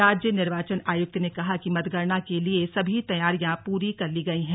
राज्य निर्वाचन आयुक्त ने कहा कि मतगणना के लिए सभी तैयारियां पूरी कर ली गयी है